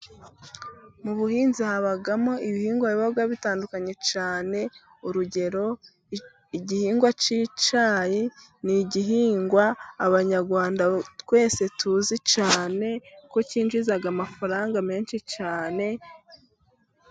Mu buhinzi habamo ibihingwa biba bitandukanye cyane. Urugero igihingwa cy'icyayi ni igihingwa, abanyarwanda twese tuzi cyane ko cyinjiza amafaranga menshi cyane.